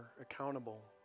accountable